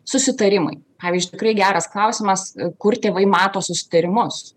susitarimai pavyzdžiui tikrai geras klausimas kur tėvai mato susitarimus